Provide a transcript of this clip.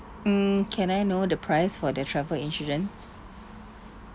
mm can I know the price for the travel insurance